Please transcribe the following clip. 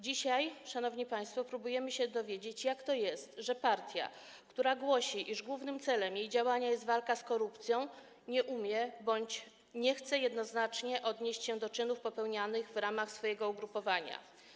Dzisiaj, szanowni państwo, próbujemy się dowiedzieć, jak to jest, że partia, która głosi, iż głównym celem jej działania jest walka z korupcją, nie umie bądź nie chce jednoznacznie odnieść się do czynów popełnianych w ramach swojego ugrupowania.